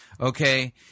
okay